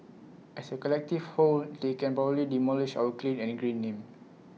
as A collective whole they can probably demolish our clean and green name